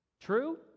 True